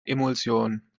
emulsion